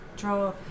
draw